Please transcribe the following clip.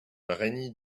rainy